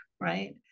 right